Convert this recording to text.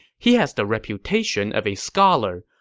he has the reputation of a scholar,